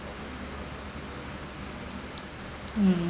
mm